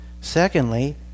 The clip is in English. Secondly